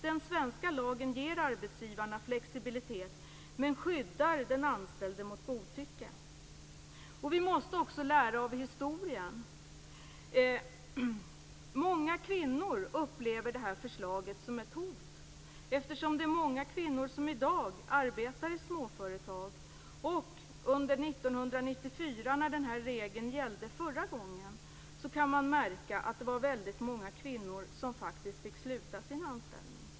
Den svenska lagen ger arbetsgivaren flexibilitet, men skyddar den anställde mot godtycke. Vi måste också lära oss av historien. Många kvinnor upplever det här förslaget som ett hot, eftersom det är många kvinnor som i dag arbetar i småföretag. Under 1994, när den här regeln gällde förra gången, var det många kvinnor som faktiskt fick sluta sina anställningar.